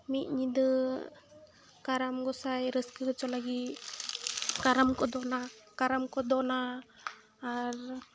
ᱢᱤᱫ ᱧᱤᱫᱟᱹ ᱠᱟᱨᱟᱢ ᱜᱚᱸᱥᱟᱭ ᱨᱟᱹᱥᱠᱟᱹ ᱦᱚᱪᱚ ᱞᱟᱹᱜᱤᱫ ᱠᱟᱨᱟᱢ ᱠᱚ ᱫᱚᱱᱟ ᱠᱟᱨᱟᱢ ᱠᱚ ᱫᱚᱱᱟ ᱟᱨ